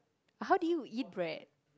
how do you eat bread